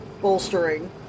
bolstering